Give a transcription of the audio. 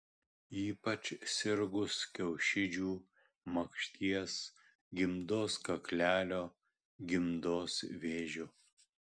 ypač sirgus kiaušidžių makšties gimdos kaklelio gimdos vėžiu